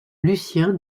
lucien